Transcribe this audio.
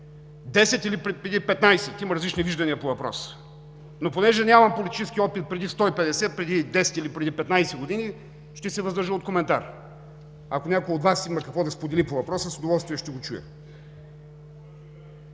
10 или преди 15 години – има различни виждания по въпроса. Но понеже нямам политически опит преди 150, преди 10 или преди 15 години, ще се въздържа от коментар. Ако някой от Вас има какво да сподели по въпроса, с удоволствие ще го чуя.